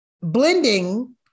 blending